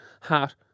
hat